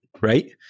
right